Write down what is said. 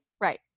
right